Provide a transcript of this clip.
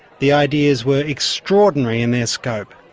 the ideas were extraordinary in their scope.